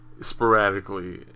sporadically